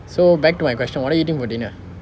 so back to my question what are you doing what dinner